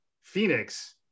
Phoenix